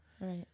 Right